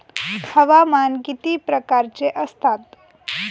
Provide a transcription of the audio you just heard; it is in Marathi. हवामान किती प्रकारचे असतात?